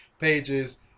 pages